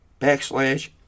backslash